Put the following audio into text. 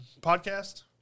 Podcast